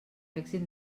èxit